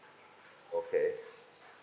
okay